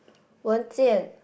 Wen-Jian